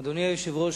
אדוני היושב-ראש,